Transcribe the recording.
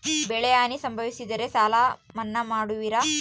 ಬೆಳೆಹಾನಿ ಸಂಭವಿಸಿದರೆ ಸಾಲ ಮನ್ನಾ ಮಾಡುವಿರ?